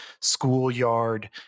schoolyard